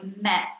met